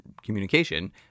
communication